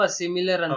similar